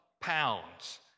pounds